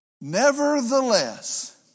Nevertheless